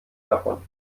davon